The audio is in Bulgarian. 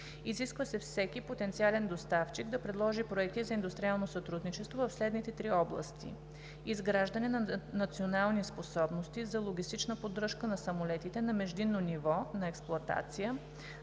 Изисква се всеки потенциален доставчик да предложи проекти за индустриално сътрудничество в следните три области: изграждане на национални способности за логистична поддръжка на самолетите на междинно ниво на експлоатация